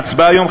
ההצבעה היום,